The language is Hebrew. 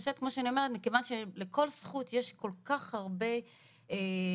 מכיוון שלכל זכות יש כל כך הרבה סעיפים